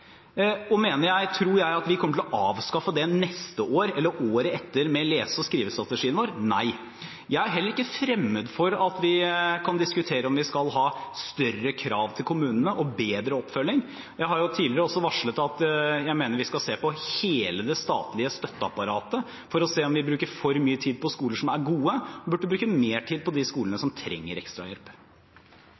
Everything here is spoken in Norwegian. Mener jeg og tror jeg at vi kommer til å avskaffe dette neste år eller året etter, med lese- og skrivestrategien vår? Nei. Jeg er heller ikke fremmed for at vi kan diskutere om vi skal stille større krav til kommunene og ha bedre oppfølging. Jeg har tidligere også varslet at jeg mener vi skal se på hele det statlige støtteapparatet – for å se om vi bruker for mye tid på skoler som er gode, og burde bruke mer tid på de skolene som trenger